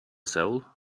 soul